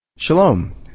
Shalom